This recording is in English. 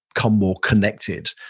become more connected,